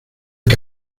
que